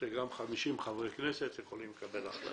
גם 50 חברי כנסת יכולים לקבל החלטות.